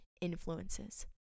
influences